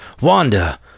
Wanda